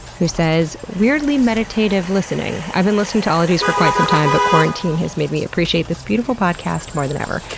who weirdly meditative listening. i've been listening to ologies for quite some time but quarantine has made me appreciate this beautiful podcast more than ever.